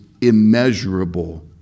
immeasurable